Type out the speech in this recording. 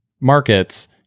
markets